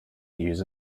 news